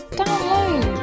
download